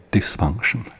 Dysfunction